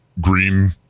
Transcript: Green